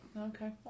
Okay